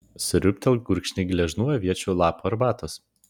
sriūbtelk gurkšnį gležnų aviečių lapų arbatos